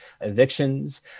evictions